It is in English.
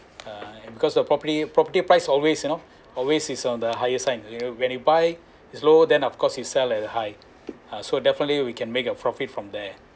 uh because the property property price always you know always is on the highest sign you know when you buy is low then of course you sell at a high uh so definitely we can make a profit from there